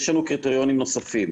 יש לנו קריטריונים נוספים,